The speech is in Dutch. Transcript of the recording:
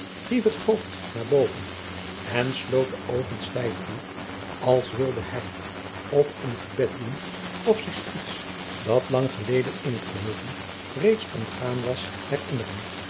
hief het hoofd naar boven en sloot de oogen stijf toe als wilde hij of een gebed doen of zich iets dat lang geleden en het geheugen reeds ontgaan was herinneren